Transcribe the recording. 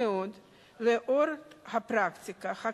2. התיקון המוצע חשוב מאוד לנוכח הפרקטיקה הקיימת,